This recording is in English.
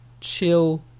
chill